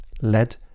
led